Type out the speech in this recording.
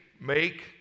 make